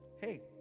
Hey